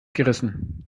gerissen